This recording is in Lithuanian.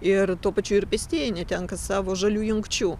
ir tuo pačiu ir pėstieji netenka savo žalių jungčių